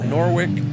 Norwich